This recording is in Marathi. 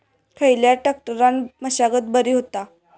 खयल्या ट्रॅक्टरान मशागत बरी होता?